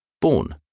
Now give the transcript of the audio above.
Born